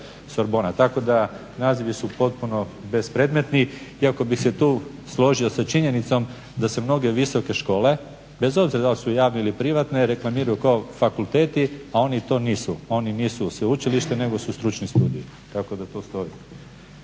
tako da nazivi su potpuno bespredmetni. Iako bih se tu složio sa činjenicom da se mnoge visoke škole bez obzira da li su javne ili privatne reklamiraju kao fakulteti, a oni to nisu. Oni nisu sveučilište nego su stručni studiji tako da to stoji.